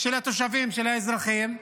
של התושבים, של האזרחים,